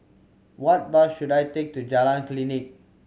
what bus should I take to Jalan Klinik